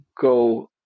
go